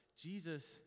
Jesus